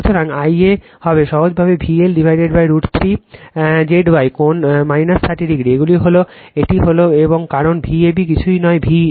সুতরাং Ia হবে সহজভাবে VL√ 3 Zy কোণ 30 এগুলি হলো এই একটি এবং কারণ Vab কিছুই নয় VL